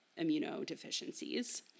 immunodeficiencies